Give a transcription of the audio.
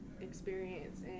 experience